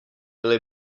byly